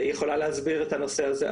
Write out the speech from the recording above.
יכולה להסביר את הנושא הזה,